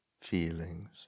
feelings